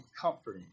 comforting